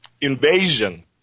invasion